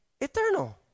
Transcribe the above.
eternal